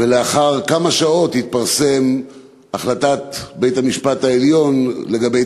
ולאחר כמה שעות התפרסמה החלטת בית-המשפט העליון לגבי